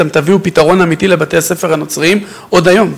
אתם תביאו פתרון אמיתי לבתי-הספר הנוצריים עוד היום.